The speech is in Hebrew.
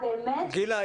גילה,